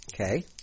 Okay